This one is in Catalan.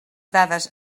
dades